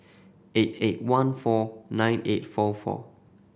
eight eight one four nine eight four four